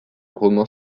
roman